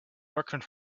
working